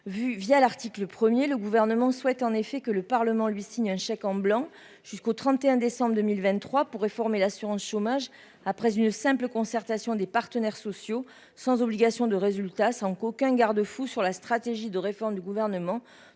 ». l'article 1, le Gouvernement souhaite en effet que le Parlement lui signe un chèque en blanc jusqu'au 31 décembre 2023 pour réformer l'assurance chômage après une simple consultation des partenaires sociaux, sans obligation de résultat et sans qu'aucun garde-fou sur la stratégie de réforme du Gouvernement